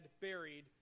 buried